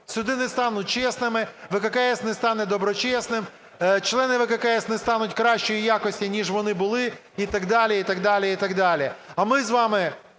Суди не стануть чесними, ВККС не стане доброчесним, члени ВККС не стануть кращої якості, ніж вони були, і так далі, і так далі, і так далі. А ми з вами